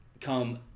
come